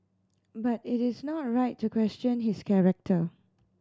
but it is not right to question his character